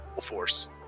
force